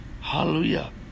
Hallelujah